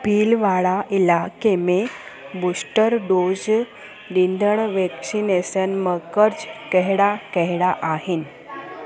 भीलवाड़ा इलाइक़े में booster dose ॾींदड़ वैक्सीनेशन मर्कज़ कहिड़ा कहिड़ा आहिनि